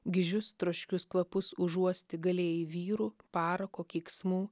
gižius troškius kvapus užuosti galėjai vyrų parako keiksmų